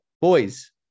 Boys